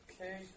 Okay